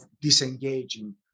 disengaging